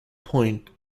point